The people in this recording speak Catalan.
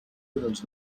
dels